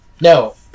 No